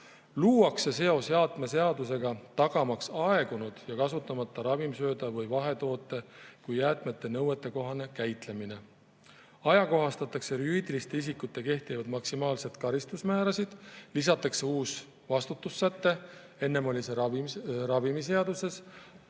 luuakse seos jäätmeseadusega, tagamaks aegunud ja kasutamata ravimsööda või vahetoote kui jäätmete nõuetekohane käitlemine. Ajakohastatakse juriidilistele isikutele kehtivaid maksimaalseid karistusmäärasid, lisatakse uus vastutuse säte, enne oli see ravimiseaduses,